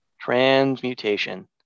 Transmutation